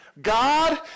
God